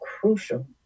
crucial